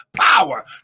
power